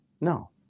No